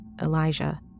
Elijah